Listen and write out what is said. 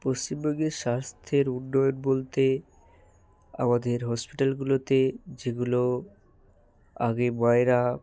পশ্চিমবঙ্গের স্বাস্থ্যের উন্নয়ন বলতে আমাদের হসপিটালগুলোতে যেগুলো আগে মায়েরা